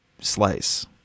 slice